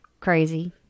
crazy